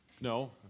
No